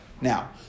Now